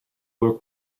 were